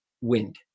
wind